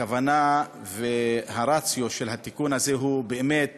הכוונה והרציו של התיקון הזה הם באמת